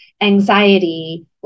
anxiety